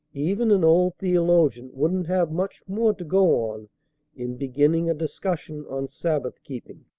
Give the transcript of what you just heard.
even an old theologian wouldn't have much more to go on in beginning a discussion on sabbath-keeping.